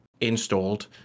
installed